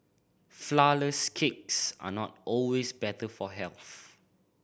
flourless cakes are not always better for health